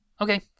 Okay